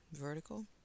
vertical